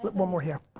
but one more here.